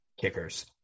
kickers